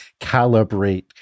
calibrate